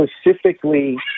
specifically